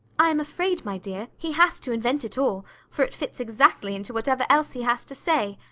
i am afraid, my dear, he has to invent it all, for it fits exactly into whatever else he has to say.